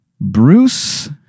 Bruce